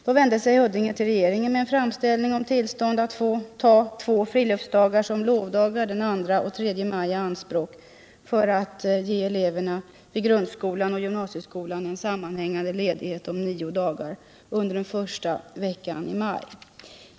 Då vände sig Huddinge till regeringen med en framställning om tillstånd att få ta två friluftsdagar i anspråk som lovdagar den 2 och 3 maj för att ge eleverna vid grundskolan och gymnasieskolan en sammanhängande ledighet nio dagar under första veckan i maj.